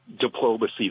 diplomacy